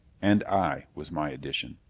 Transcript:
and i, was my addition.